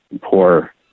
poor